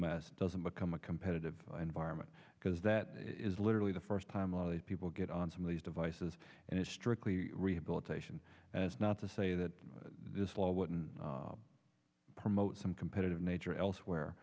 ass doesn't become a competitive environment because that is literally the first time a lot of people get on some of these devices and it's strictly rehabilitation and it's not to say that this law wouldn't promote some competitive nature elsewhere